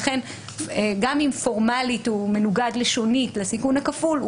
לכן גם אם פורמלית הוא מנוגד לשונית לסיכון הכפול,